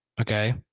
Okay